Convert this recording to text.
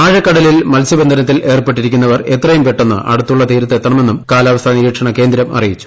ആഴക്കടലിൽ മത്സ്യബന്ധനത്തിൽ ഏർപ്പെട്ടിരിക്കുന്നവർ എത്രയുംപെട്ടെന്ന് അടുത്തുള്ള തീരത്ത് എത്തണമെന്നും കാലാവസ്ഥാ നിരീക്ഷണകേന്ദ്രം അറിയിച്ചു